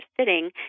sitting